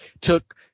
took –